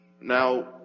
Now